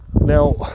Now